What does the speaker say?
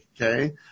okay